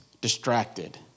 distracted